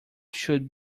should